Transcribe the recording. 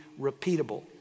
repeatable